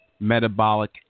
Metabolic